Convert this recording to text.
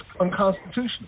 unconstitutional